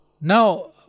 now